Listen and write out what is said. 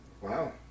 wow